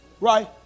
Right